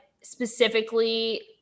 specifically-